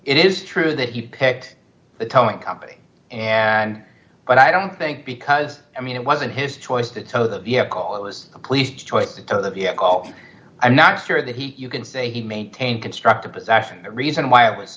it is true that he picked the towing company and but i don't think because i mean it wasn't his choice to tow the vehicle it was the police to choice to tow the vehicle i'm not sure that he you can say he maintained constructive possession the reason why it was